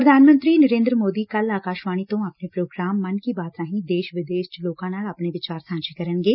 ਪ੍ਰਧਾਨ ਮੰਤਰੀ ਨਰੇਂਦਰ ਮੋਦੀ ਕੱਲੂ ਆਕਾਸ਼ਵਾਣੀ ਤੋਂ ਆਪਣੇ ਪ੍ਰੋਗਰਾਮ ਮਨ ਕੀ ਬਾਤ ਰਾਹੀਂ ਦੇਸ਼ ਵਿਦੇਸ਼ ਚ ਲੋਕਾਂ ਨਾਲ ਆਪਣੇ ਵਿਚਾਰ ਸਾਂਝੇ ਕਰਨਗੇ